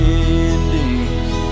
endings